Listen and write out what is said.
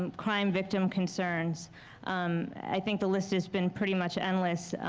um crime victim concerns i think the list has been pretty much endless,